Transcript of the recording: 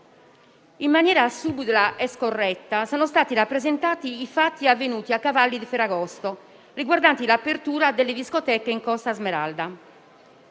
In maniera subdola e scorretta sono stati rappresentati i fatti avvenuti a cavallo di Ferragosto, riguardanti l'apertura delle discoteche in Costa Smeralda.